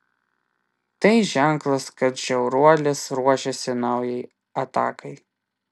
tai ženklas kad žiauruolis ruošiasi naujai atakai